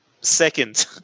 second